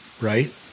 Right